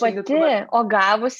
pati o gavus